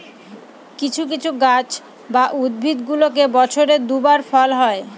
কিছু কিছু গাছ বা উদ্ভিদগুলোতে বছরে দুই বার ফল হয়